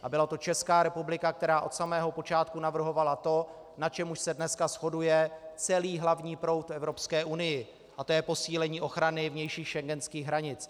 A byla to Česká republika, která od samého počátku navrhovala to, na čem už se dneska shoduje celý hlavní proud v Evropské unii, a to je posílení ochrany vnějších schengenských hranic.